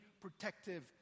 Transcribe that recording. protective